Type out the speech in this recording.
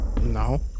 No